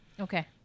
Okay